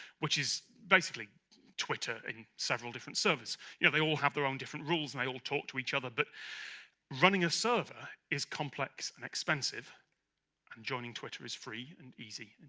which is basically twitter in several different servers you know, they all have their own different rules. and they all talk to each other but running a server is complex and expensive and joining twitter is free and easy